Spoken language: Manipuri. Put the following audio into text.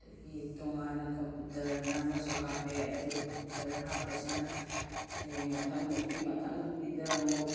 ꯑꯗꯒꯤ ꯇꯣꯉꯥꯟꯅ ꯀꯝꯄꯨꯇꯔꯑꯅ ꯑꯃꯁꯨ ꯍꯥꯞꯄꯦ ꯑꯗꯨ ꯀꯝꯄꯨꯇꯔ ꯍꯥꯞꯄꯁꯤꯅ ꯍꯌꯦꯡ ꯃꯊꯪꯃꯨꯛꯀꯤ ꯃꯊꯪ ꯃꯨꯛꯀꯤꯗ ꯑꯃꯨꯛ